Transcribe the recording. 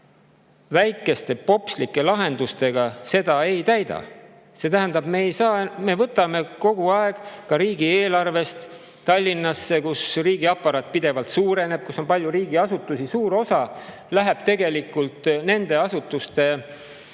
Väikeste popslike lahendustega seda ei täida. See tähendab, et me võtame kogu aeg riigieelarvest [raha] Tallinnale, kus riigiaparaat pidevalt suureneb ja kus on palju riigiasutusi. Suur osa läheb tegelikult nende asutuste palkadeks,